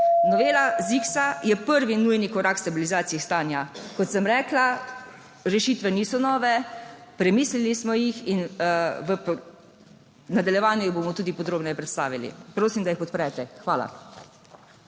Novela ZIKS je prvi nujni korak k stabilizaciji stanja. Kot sem rekla, rešitve niso nove, premislili smo jih in v nadaljevanju jih bomo tudi podrobneje predstavili. Prosim, da jih podprete. Hvala.